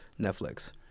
Netflix